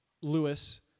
Lewis